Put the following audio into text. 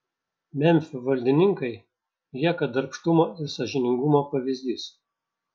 memfio valdininkai lieka darbštumo ir sąžiningumo pavyzdys